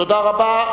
תודה רבה.